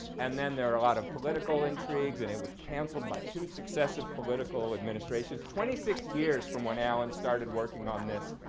and then there were a lot of political intrigues, and it was canceled by two successive political administrations. twenty six years from when allen started working on this,